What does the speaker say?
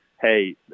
Hey